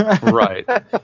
Right